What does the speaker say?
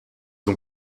ont